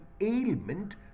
ailment